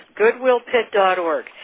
goodwillpit.org